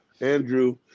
Andrew